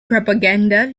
propaganda